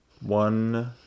One